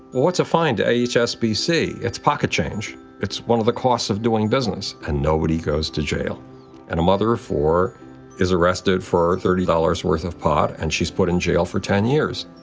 what's a fine to hsbc? it's pocket change it's one of the costs of doing business. and nobody goes to jail and a mother of four is arrested for thirty dollars worth of pot and she's put in jail for ten years.